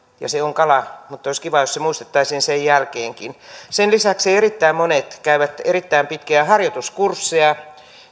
se on kala mutta olisi kiva jos se muistettaisiin sen jälkeenkin sen lisäksi erittäin monet käyvät erittäin pitkiä harjoituskursseja